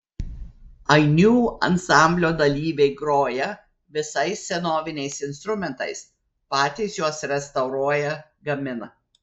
ainių ansamblio dalyviai groja visais senoviniais instrumentais patys juos restauruoja gamina